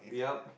yup